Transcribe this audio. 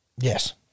Yes